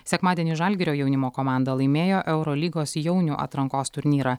sekmadienį žalgirio jaunimo komanda laimėjo eurolygos jaunių atrankos turnyrą